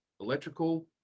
electrical